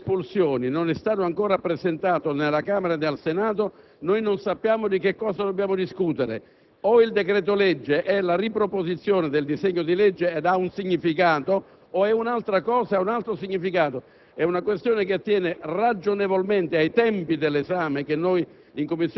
sulle espulsioni non è stato ancora presentato né alla Camera né al Senato, non sapremmo di cosa dobbiamo discutere. O il decreto‑legge è la riproposizione del disegno di legge e ha un significato, o è un'altra cosa e ha un altro significato. È una questione che attiene ragionevolmente ai tempi dell'esame, che in